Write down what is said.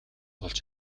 олж